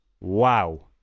wow